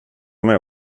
med